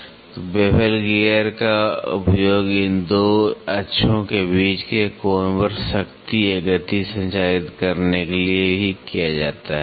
तो bevel gear का उपयोग इन 2 अक्षों के बीच के कोण पर शक्ति या गति संचारित करने के लिए भी किया जाता है